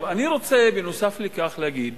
אני רוצה, נוסף על כך, להגיד